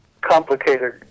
complicated